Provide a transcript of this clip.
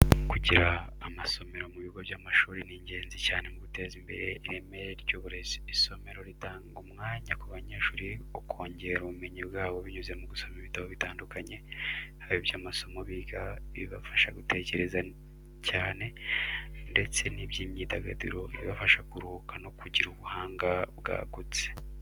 Kugira amasomero mu bigo by’amashuri ni ingenzi cyane mu guteza imbere ireme ry’uburezi. Isomero ritanga umwanya ku banyeshuri wo kongera ubumenyi bwabo binyuze mu gusoma ibitabo bitandukanye, haba iby’amasomo biga, ibibafasha gutekereza cyane, ndetse n’iby’imyidagaduro ibafasha kuruhuka no kugira ubuhanga bwagutse.